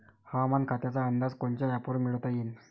हवामान खात्याचा अंदाज कोनच्या ॲपवरुन मिळवता येईन?